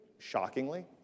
Shockingly